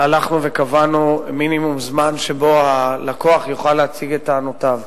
קבענו מינימום זמן שבו הלקוח יוכל להציג את טענותיו,